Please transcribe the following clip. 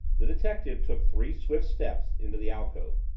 the detective took three swift steps into the alcove,